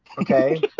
Okay